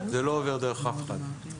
זה לא עובר דרך אף אחד.